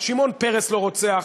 שמעון פרס לא רוצח,